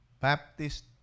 Baptist